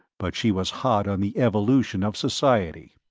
but she was hot on the evolution of society.